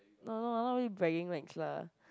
no no not really bragging rights lah